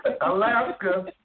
Alaska